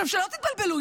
שלא תתבלבלו,